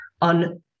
on